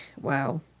Wow